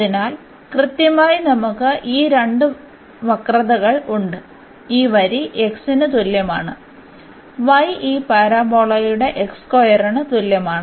അതിനാൽ കൃത്യമായി നമുക്ക് ഈ രണ്ട് വക്രതകൾ ഉണ്ട് ഈ വരി x ന് തുല്യമാണ് y ഈ പരാബോളയുടെ ന് തുല്യമാണ്